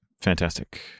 Fantastic